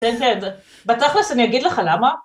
תן כעד, בטח לא שאני אגיד לך למה.